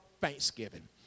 thanksgiving